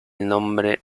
nombre